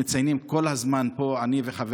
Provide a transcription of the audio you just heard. מציינים פה כל הזמן,